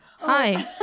Hi